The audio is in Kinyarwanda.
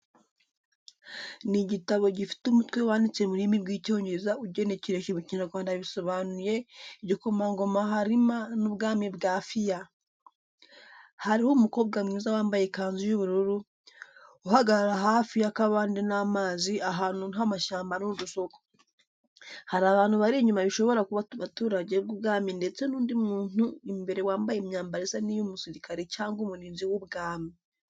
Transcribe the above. Ni igitabo gifite umutwe wanditse mu rurimi rw'Icyongereza ugenekereje mu Kinyarwanda bisobanuye igikomangoma Halima n'Ubwami bwa Affia. Hariho umukobwa mwiza wambaye ikanzu y’ubururu, uhagarara hafi y’akabande n’amazi ahantu h’amashyamba n’udusoko. Hari abantu bari inyuma bishobora kuba abaturage b’ubwami ndetse n’undi muntu imbere wambaye imyambaro isa n’iy’umusirikare cyangwa umurinzi w’ubwami.